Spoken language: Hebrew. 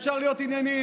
אפשר להיות ענייניים.